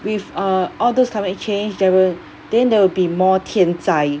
with uh all those climate change there will then there will be more 天灾